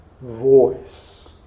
voice